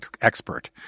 expert